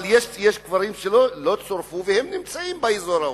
אבל יש כפרים שלא צורפו והם נמצאים באזור ההוא.